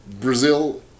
Brazil